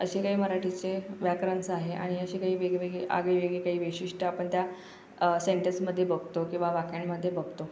असे काही मराठीचे व्याकरण आहे आणि अशी काही वेगळी वेगळी आगळीवेगळी काही वैशिष्ट्ये आपण त्या सेंटेंसमध्ये बघतो किंवा वाक्यांमध्ये बघतो